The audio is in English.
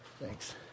Thanks